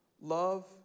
love